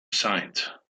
site